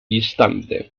instante